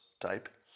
type